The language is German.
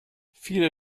viele